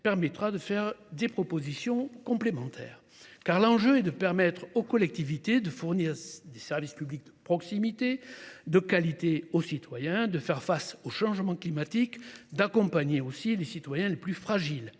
permettra de faire des propositions complémentaires. L’enjeu est de permettre aux collectivités de fournir des services publics de proximité de qualité aux citoyens, de faire face aux changements climatiques, d’accompagner les citoyens les plus fragiles.